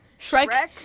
Shrek